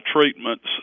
treatments